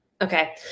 Okay